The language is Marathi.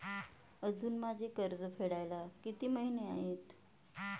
अजुन माझे कर्ज फेडायला किती महिने आहेत?